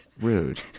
Rude